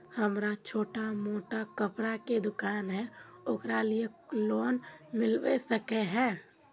हमरा छोटो मोटा कपड़ा के दुकान है ओकरा लिए लोन मिलबे सके है?